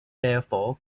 therefore